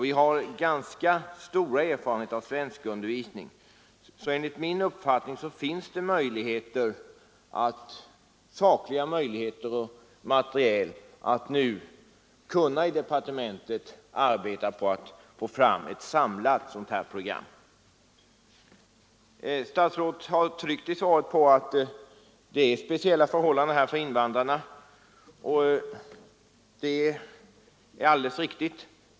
Vi har ganska stora erfarenheter av svenskundervisning, och det finns därför enligt min uppfattning ett material som ger departementet reella möjligheter att utarbeta ett samlat program. Statsrådet har i svaret tryckt på att speciella förhållanden råder för invandrarna, och det är alldeles riktigt.